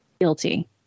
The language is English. Guilty